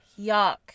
yuck